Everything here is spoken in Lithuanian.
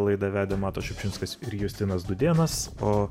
laidą vedė matas šiupšinskas ir justinas dūdėnas o